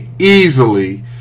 easily